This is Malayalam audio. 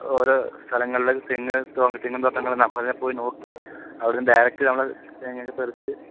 ഓരോ സ്ഥലങ്ങളിലെ തെങ്ങ് തോ തെങ്ങും തോട്ടങ്ങൾ നമ്മൾ തന്നെ പോയി നോക്കി അവിടെ നിന്ന് ഡയറക്ട് നമ്മൾ തെങ്ങയൊക്കെ പറിച്ച്